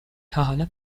تاحالا